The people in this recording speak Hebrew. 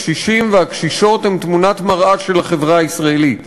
הקשישים והקשישות הם תמונת מראה של החברה הישראלית.